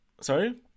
sorry